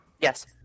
Yes